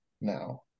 now